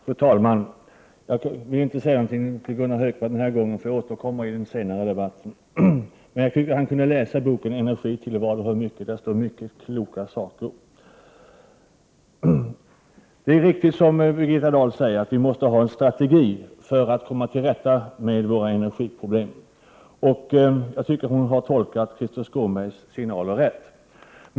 Fru talman! Jag vill inte säga något till Gunnar Hökmark den här gången. Jag återkommer i en senare debatt, men jag tycker att han kunde läsa boken Energi till vad och hur mycket? Där står många kloka saker. Det är riktigt som Birgitta Dahl säger att vi måste ha en strategi för att komma till rätta med våra energiproblem. Hon har tolkat Krister Skånberg rätt.